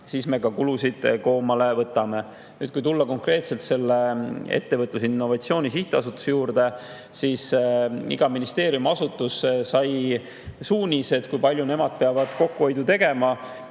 siis me ka kulusid koomale võtame. Nüüd, kui tulla konkreetselt Ettevõtluse ja Innovatsiooni Sihtasutuse juurde, siis iga ministeeriumi asutused said suunised, kui palju nemad peavad kokkuhoidu tegema.